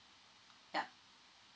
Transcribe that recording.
ya